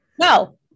no